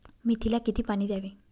मेथीला किती पाणी द्यावे?